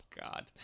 god